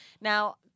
Now